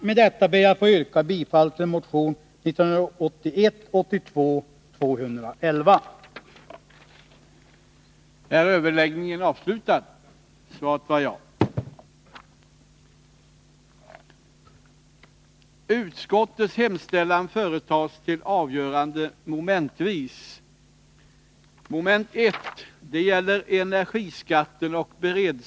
Med detta ber jag att få yrka bifall till motion 1981/ 82:211. för att förstärka budgeten